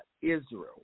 Israel